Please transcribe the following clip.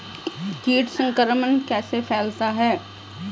कीट संक्रमण कैसे फैलता है?